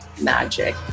magic